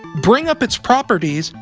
bring up its properties,